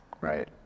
right